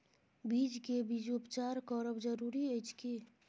बीज के बीजोपचार करब जरूरी अछि की?